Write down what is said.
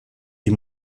die